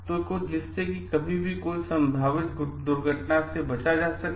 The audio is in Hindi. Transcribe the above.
तो जिससे कि कभी भी कोई संभावित दुर्घटना से बचा जा सके